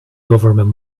government